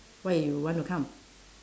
why you want to come